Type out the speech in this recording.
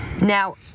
now